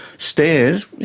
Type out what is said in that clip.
stairs, yeah,